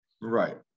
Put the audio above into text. Right